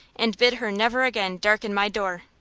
and bid her never again darken my door.